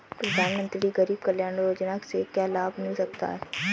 प्रधानमंत्री गरीब कल्याण योजना से क्या लाभ मिल सकता है?